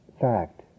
fact